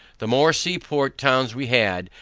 the more sea port towns we had,